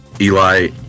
Eli